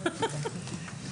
סעיף 3ב(ד).